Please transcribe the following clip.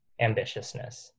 ambitiousness